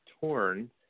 torn